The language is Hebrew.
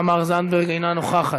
חברת הכנסת תמר זנדברג, אינה נוכחת.